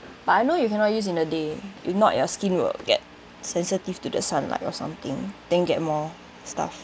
but I know you cannot use in the day if not your skin will get sensitive to the sunlight or something then get more stuffed